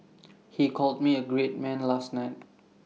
he called me A great man last night